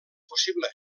possible